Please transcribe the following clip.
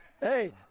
Hey